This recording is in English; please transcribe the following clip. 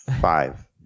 five